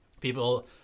people